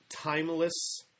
timeless